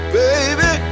baby